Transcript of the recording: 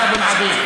תודה, אדוני.